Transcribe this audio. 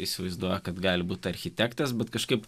įsivaizduoja kad gali būti architektas bet kažkaip